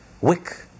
wick